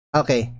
okay